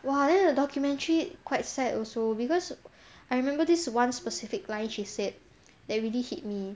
!wah! then the documentary quite sad also because I remember this one specific line she said that really hit me